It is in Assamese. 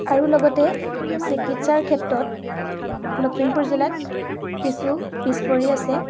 আৰু লগতে চিকিৎসাৰ ক্ষেত্ৰত লখিমপুৰ জিলা কিছু পিছপৰি আছে